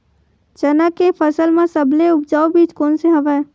चना के फसल म सबले उपजाऊ बीज कोन स हवय?